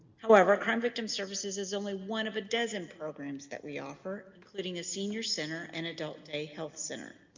however our con victim services is only one of a dozen programs that we offer including a senior center an and adult day health center